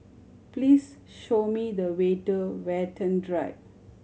please show me the way to Watten Drive